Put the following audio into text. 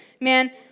Man